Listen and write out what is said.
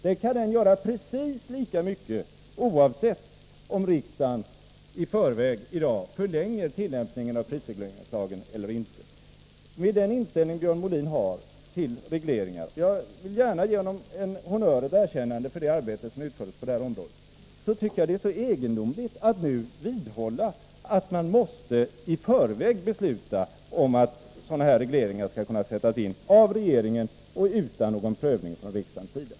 Det kan regeringen göra precis lika mycket oavsett om riksdagen i dag i förväg Förlängd tillämpförlänger tillämpningen av prisregleringslagen eller inte. ning av allmänna Med den inställning Björn Molin har till regleringar — och jag vill gärna ge prisregleringslagen honom ett erkännande för det arbete som utfördes på det här området — tycker jag att det är egendomligt att han nu vidhåller att man i förväg måste besluta om att sådana här regleringar skall kunna sättas in av regeringen utan någon prövning av riksdagen.